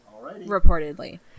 Reportedly